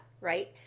right